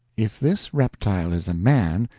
if this reptile is a man,